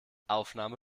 aufnahme